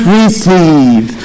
receive